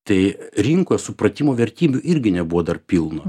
tai rinkos supratimu vertybių irgi nebuvo dar pilno